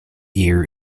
year